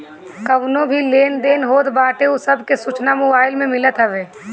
कवनो भी लेन देन होत बाटे उ सब के सूचना मोबाईल में मिलत हवे